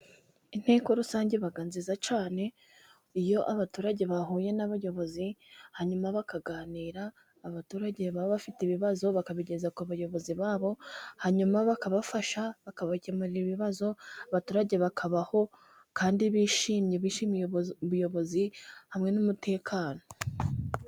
Inteko rusange iba nziza cyane, iyo abaturage bahuye n'abayobozi, hanyuma bakaganira, abaturage baba bafite ibibazo bakabigeza ku bayobozi babo, hanyuma bakabafasha, bakabakemurira ibibazo, abaturage bakabaho kandi bishimye, bishimiye ubuyobozi hamwe n'umutekano.